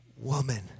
woman